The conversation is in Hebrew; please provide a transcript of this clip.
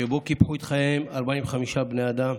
שבו קיפחו את חייהם 45 בני אדם,